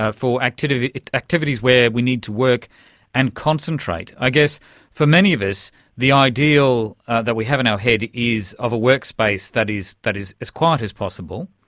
ah for activities activities where we need to work and concentrate. i guess for many of us the ideal that we have in our head is of a workspace that is as quiet as possible,